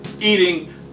eating